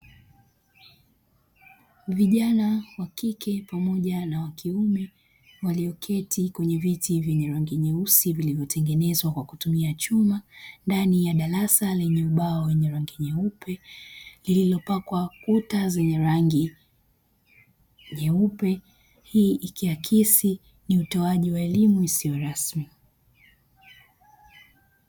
Vijana wa kike pamoja na wa kiume walioketi kwenye viti vyenye rangi nyeusi vilivyotengezwa kwa kutumia chuma ndani ya darasa lenye ubao wenye rangi nyeupe lililo pakwa kuta zenye rangi nyeupe, hii ikiakisi ni utoaji wa elimu isiyo rasmi.